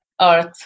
Earth